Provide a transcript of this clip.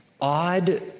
odd